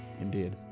Indeed